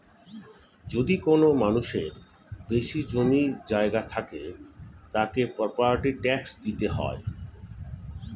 যদি কোনো মানুষের বেশি জমি জায়গা থাকে, তাকে প্রপার্টি ট্যাক্স দিতে হয়